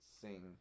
sing